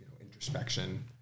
introspection